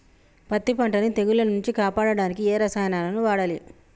పత్తి పంటని తెగుల నుంచి కాపాడడానికి ఏ రసాయనాలను వాడాలి?